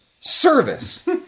service